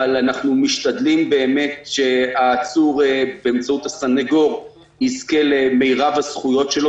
אבל אנחנו משתדלים באמת שהעצור באמצעות הסנגור יזכה למרב הזכויות שלו